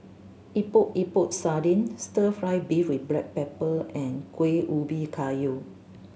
Epok Epok Sardin Stir Fry beef with black pepper and Kuih Ubi Kayu